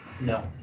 no